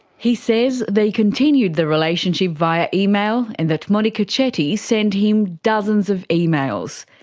he says they continued the relationship via email, and that monika chetty sent him dozens of emails.